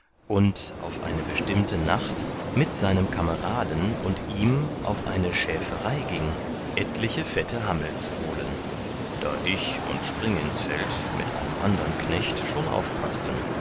und auf eine bestimmte nacht mit seinem kameraden und ihm auf eine schäferei gieng etliche fette hammel zu holen da ich und springinsfeld mit einem andern knecht schon aufpaßten